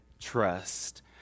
trust